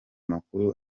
makuru